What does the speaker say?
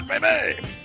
baby